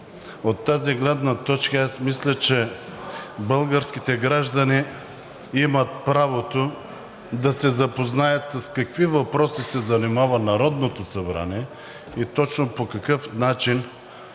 от тази гледна точка аз мисля, че българските граждани имат правото да се запознаят с какви въпроси се занимава Народното събрание и точно по какъв начин